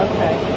Okay